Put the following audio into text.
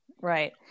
Right